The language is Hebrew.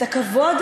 את הכבוד,